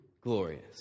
glorious